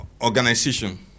organization